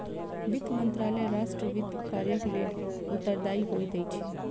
वित्त मंत्रालय राष्ट्र वित्त कार्यक लेल उत्तरदायी होइत अछि